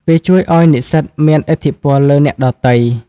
វាជួយឱ្យនិស្សិតមានឥទ្ធិពលលើអ្នកដទៃ។